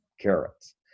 carrots